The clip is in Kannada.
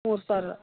ಮೂರು ಸಾವಿರ